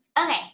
Okay